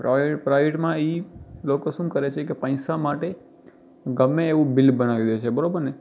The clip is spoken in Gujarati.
પ્રા પ્રાઈવેટમાં એ લોકો શું કરે છે કે પૈસા માટે ગમે એવું બિલ બનાવી દે છે બરાબર ને